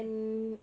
mm